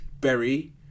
Berry